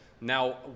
Now